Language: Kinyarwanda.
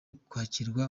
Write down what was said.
kwakirwa